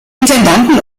intendanten